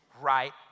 right